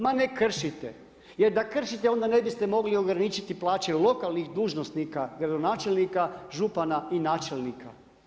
Ma ne kršite, jer da kršite, onda ne biste mogli ograničiti plaće lokalnih dužnosnika, gradonačelnika, župana i načelnika.